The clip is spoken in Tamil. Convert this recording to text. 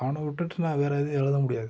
அவனை விட்டுட்டு நான் வேற எதுவும் எழுத முடியாது